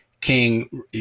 King